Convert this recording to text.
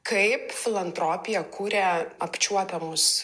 kaip filantropija kuria apčiuopiamus